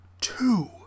two